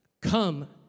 Come